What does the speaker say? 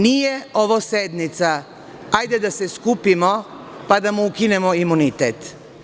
Nije ovo sednica hajde da se skupimo, pa da mu ukinemo imunitet.